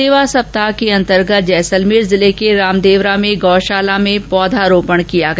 सेवा सप्ताह के अंतर्गत जैसलमेर के रामदेवरा में गौशाला में पौधरोपण किया गया